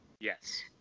Yes